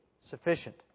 sufficient